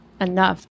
enough